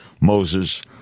Moses